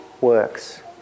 works